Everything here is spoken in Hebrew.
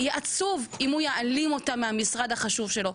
יהיה עצוב אם הוא יעלים אותה מהמשרד החשוב שלו,